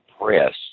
press